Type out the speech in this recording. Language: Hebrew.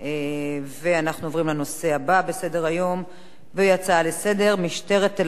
אנחנו עוברים לנושא הבא בסדר-היום: משטרת תל-אביב